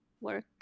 work